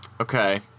okay